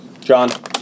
John